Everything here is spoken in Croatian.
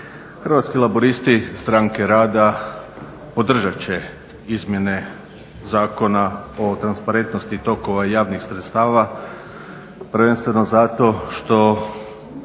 Hrvatski laburisti-Stranke rada podržati će Izmjene zakona o transparentnosti tokova javnih sredstava prvenstveno zato što